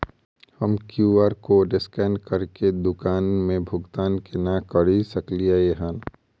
हम QR code scan करके दुकान मे भुगतान केना करऽ सकलिये एहन?